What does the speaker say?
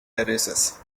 terraces